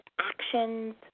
actions